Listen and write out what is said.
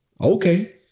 okay